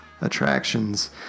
attractions